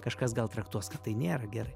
kažkas gal traktuos kad tai nėra gerai